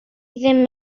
ddim